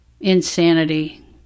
insanity